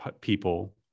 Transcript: people